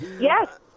yes